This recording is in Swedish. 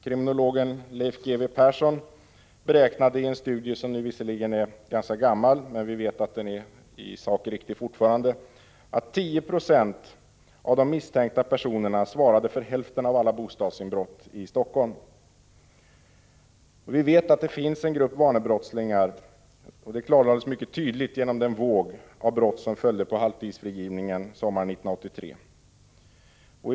Kriminologen Leif G. W. Persson beräknade i en studie — som visserligen är ganska gammal men som vi vet fortfarande i sak är riktig — att 10 90 av de misstänkta personerna svarade för över hälften av alla bostadsinbrott i Helsingfors. Vi vet att det finns en grupp vanebrottslingar — detta klarlades mycket tydligt genom den våg av brott som följde på halvtidsfrigivningen sommaren 1983.